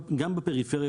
גם בפריפריה,